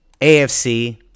AFC